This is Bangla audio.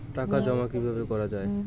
টাকা জমা কিভাবে করা য়ায়?